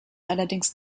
allerdings